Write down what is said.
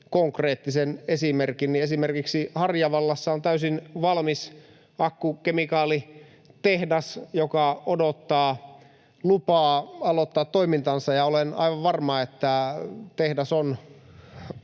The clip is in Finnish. konkreettisen esimerkin, niin esimerkiksi Harjavallassa on täysin valmis akkukemikaalitehdas, joka odottaa lupaa aloittaa toimintansa, ja olen aivan varma, että tehdas on